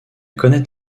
connait